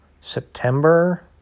September